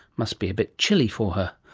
must be a bit chilly for her.